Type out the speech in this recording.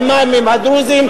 האימאמים הדרוזים,